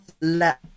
let